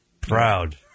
proud